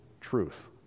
truth